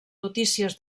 notícies